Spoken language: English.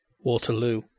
Waterloo